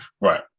right